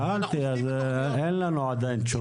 שאלתי, ואין לנו עדיין תשובה סופית.